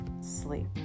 sleep